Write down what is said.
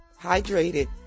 hydrated